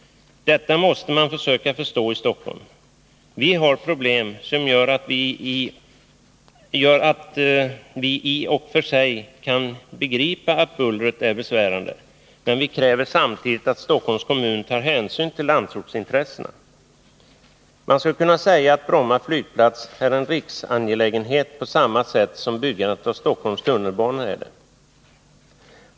Detta måste man försöka förstå i Stockholm. Vi har problem, som gör att vi i och för sig kan begripa att bullret är besvärande, men vi kräver samtidigt att Stockholms kommun tar hänsyn till landsortsintressena. Man skulle kunna säga, att Bromma flygplats är en riksangelägenhet på samma sätt som byggandet av Stockholms tunnelbanor är det.